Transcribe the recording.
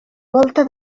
volta